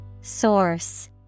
Source